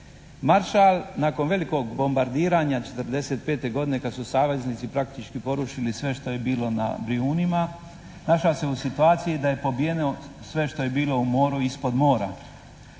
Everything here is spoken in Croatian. Maršal nakon velikog bombardiranja '45. godine kad su saveznici praktički porušili sve što je bilo na Brijunima našao se u situaciji da je pobijeno sve što je bilo u moru i ispod mora.